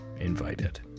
Invited